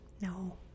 No